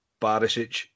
Barisic